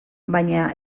baina